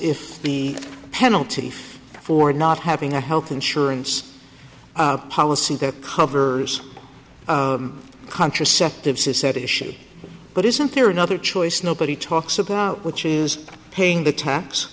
if the penalty for not having a health insurance policy that covers contraceptives is at issue but isn't there another choice nobody talks about which is paying the tax